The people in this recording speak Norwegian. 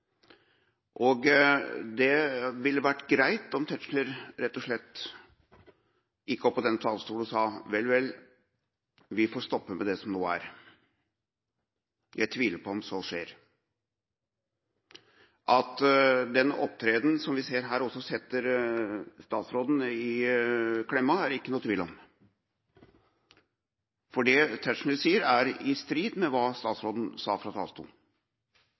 nemlig! Det ville vært greit om Tetzschner rett og slett gikk opp på denne talerstol og sa: Vel, vel, vi får stoppe med det som nå er. Jeg tviler på om så skjer. At den opptreden som vi ser her, også setter statsråden i klemma, er det ikke noen tvil om, for det Tetzschner sier, er i strid med hva statsråden sa fra talerstolen.